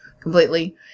completely